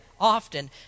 often